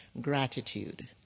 gratitude